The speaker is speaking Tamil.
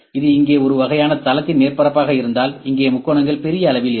இது இங்கே ஒரு வகையான தளத்தின் மேற்பரப்பாக இருந்தால் இங்கே முக்கோணங்கள் பெரிய அளவில் இருக்கும்